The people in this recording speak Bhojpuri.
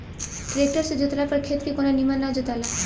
ट्रेक्टर से जोतला पर खेत के कोना निमन ना जोताला